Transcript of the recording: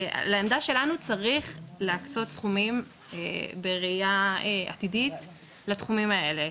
לעמדה שלנו צריך להקצות סכומים בראייה עתידית לתחומים האלה,